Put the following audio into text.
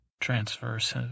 transverse